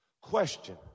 Question